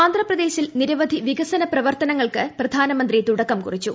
ആന്ധ്രാപ്രദേശിൽ നിരവധി വികസ്മന പ്രവർത്തനങ്ങൾക്ക് പ്രധാനമന്ത്രി തുടക്കം കുറിച്ചു